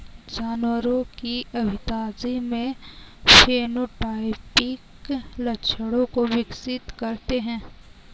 जानवरों की अभिजाती में फेनोटाइपिक लक्षणों को विकसित करते हैं